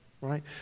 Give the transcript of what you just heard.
right